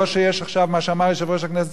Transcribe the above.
לא מה שאמר יושב-ראש הכנסת,